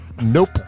nope